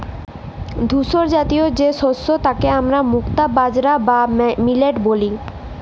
ধূসরজাতীয় যে শস্য তাকে হামরা মুক্তা বাজরা বা মিলেট ব্যলি